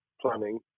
planning